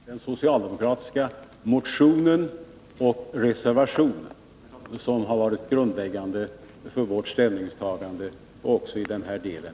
Herr talman! Jag ber att få hänvisa herr Tarschys till den socialdemokratiska motionen och reservationen som har varit grundläggande för vårt ställningstagande också i den här delen.